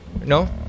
no